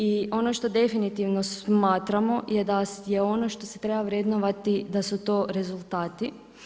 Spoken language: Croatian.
I ono što definitivno smatramo je da je ono što se treba vrednovati da su to rezultati.